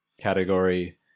category